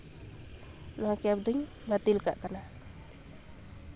ᱱᱚᱣᱟ ᱠᱮᱵ ᱫᱩ ᱵᱟᱹᱛᱤᱞ ᱠᱟᱜ ᱠᱟᱱᱟ